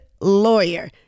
lawyer